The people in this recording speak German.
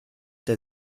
der